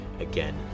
again